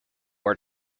our